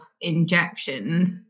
injections